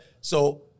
So-